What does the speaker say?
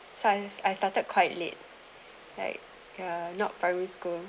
science I started quite late like uh not primary school